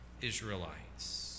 Israelites